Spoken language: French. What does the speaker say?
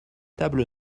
tables